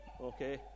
okay